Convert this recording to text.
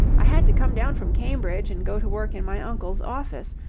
i had to come down from cambridge and go to work in my uncle's office.